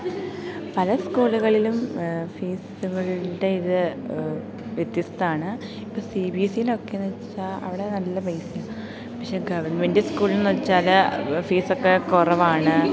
പല സ്കൂളുകളിലും ഫീസുകളിലൂടെ ഇത് വ്യത്യസ്തമാണ് ഇപ്പം സി ബി എസ് സിയിലൊക്കെയെന്നു വെച്ചാൽ അവിടെ നല്ല പൈസ പക്ഷെ ഗവൺമെൻറ് സ്കൂളെന്നു വെച്ചാൽ ഫീസൊക്കെ കുറവാണ്